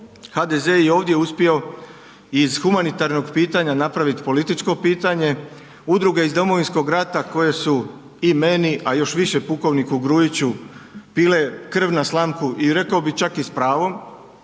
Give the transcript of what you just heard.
HDZ je i ovdje uspio iz humanitarnog pitanja napraviti političko pitanje, udruge iz Domovinskog rata koje su i meni, a još više pukovniku Grujiću pile krv na slamku i rekao bih čak i s pravom,